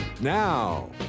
Now